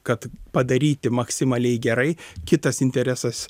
kad padaryti maksimaliai gerai kitas interesas